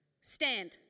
stand